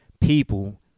people